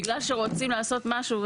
בגלל שרוצים לעשות משהו,